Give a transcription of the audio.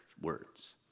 words